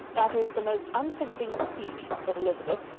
that is the most unforgiving speech, said elizabeth,